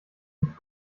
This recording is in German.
nicht